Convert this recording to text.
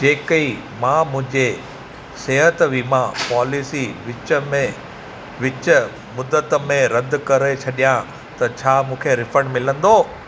जेकई मां मुंहिंजे सिहत वीमा पॉलिसी विच में विच मुद्दत में रद करे छॾियां त छा मूंखे रीफंड मिलंदो